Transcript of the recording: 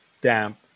damp